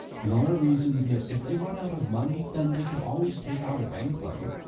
nora reasons that if they run out of money then they could always take out a bank loan.